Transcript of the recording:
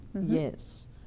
Yes